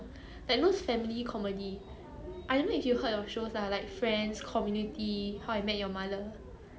orh